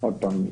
עוד פעם,